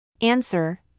Answer